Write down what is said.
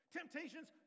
temptations